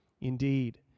Indeed